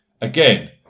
Again